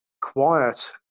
quiet